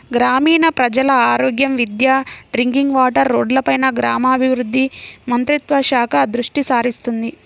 గ్రామీణ ప్రజల ఆరోగ్యం, విద్య, డ్రింకింగ్ వాటర్, రోడ్లపైన గ్రామీణాభివృద్ధి మంత్రిత్వ శాఖ దృష్టిసారిస్తుంది